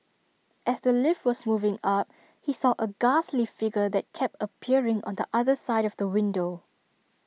as the lift was moving up he saw A ghastly figure that kept appearing on the other side of the window